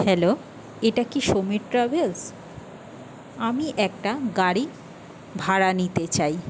hello এটা কি Samir travels আমি একটা গাড়ি ভাড়া নিতে চাই